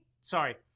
sorry